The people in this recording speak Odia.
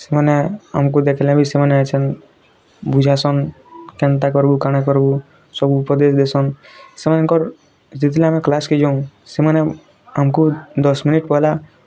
ସେମାନେ ଆମକୁ ଦେଖିଲେ ବି ସେମାନେ ଆସନ୍ ବୁଝାସନ୍ କେନ୍ତା କରିବୁ କ'ଣ କରିବୁ ସବୁ ଉପଦେଶ ଦେସନ୍ ସେମାନଙ୍କର ଯେତେବେଳେ ଆମେ କ୍ଲାସ୍କେ ଯାଉଁ ସେମାନେ ଆମକୁ ଦଶ ମିନିଟ୍ ପହେଲା